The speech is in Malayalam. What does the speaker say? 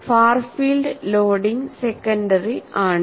ഫാർ ഫീൽഡ് ലോഡിംഗ് സെക്കണ്ടറി ആണ്